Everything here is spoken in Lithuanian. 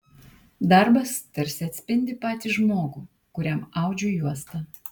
darbas tarsi atspindi patį žmogų kuriam audžiu juostą